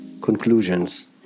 conclusions